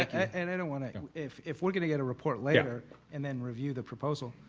and and one, ah if if we're going to get a report later and then review the proposal,